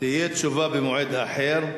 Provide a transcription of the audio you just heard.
תהיה תשובה במועד אחר.